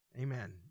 Amen